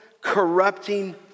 corrupting